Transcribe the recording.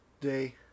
day